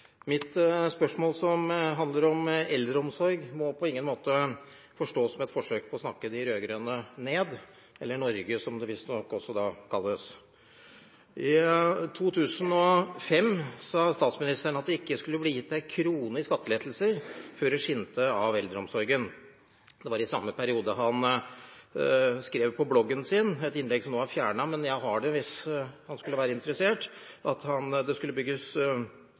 Mitt spørsmål, som handler om eldreomsorg, må på ingen måte forstås som et forsøk på å snakke de rød-grønne ned – eller Norge, som det visstnok også kalles. I 2005 sa statsministeren at det ikke skulle bli gitt en krone i skattelettelser før det skinte av eldreomsorgen. Det var i samme periode han skrev et innlegg på bloggen sin, som nå er fjernet – men jeg har det hvis han skulle være interessert – om at det skulle bygges